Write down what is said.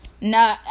no